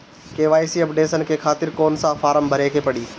KYC updation के खातिर कौन सा फारम भरे के पड़ी?